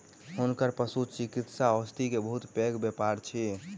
हुनकर पशुचिकित्सा औषधि के बहुत पैघ व्यापार अछि